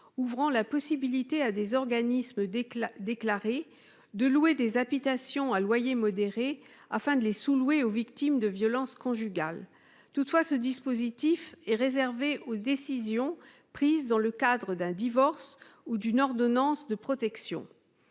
ouvrant la possibilité à des organismes déclarés de louer des habitations à loyer modéré, afin de les sous-louer aux victimes de violences conjugales. Toutefois, le dispositif est réservé aux décisions prises dans le cadre d'un divorce ou d'une ordonnance de protection.